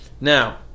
Now